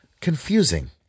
confusing